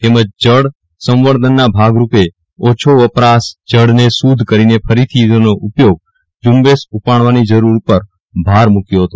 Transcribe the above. તેમણે જળ સંર્વરધનના ભાગરૂપે ઓછો વપરાશ જળને શુદ્ધ કરીને ફરીથી તેનો ઉપયોગ સ્રંબેશ ઉપાડવાની જરૂર ઉપર ભાર મુક્યો હતો